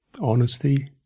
honesty